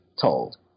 told